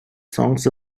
songs